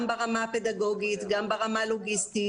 גם ברמה הפדגוגית וגם ברמה הלוגיסטית,